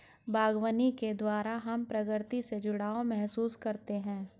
बागवानी के द्वारा हम प्रकृति से जुड़ाव महसूस करते हैं